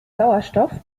sauerstoff